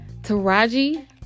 Taraji